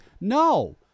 No